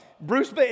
Bruce